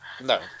no